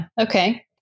Okay